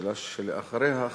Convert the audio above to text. השאילתא שלאחריה,